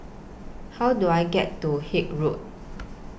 How Do I get to Haig Road